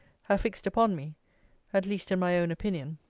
have fixed upon me at least in my own opinion.